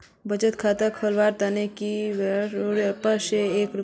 बचत खता खोलावार तने के.वाइ.सी प्रमाण एर रूपोत आधार आर पैन कार्ड एर आवश्यकता होचे